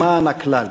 למען הכלל.